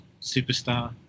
superstar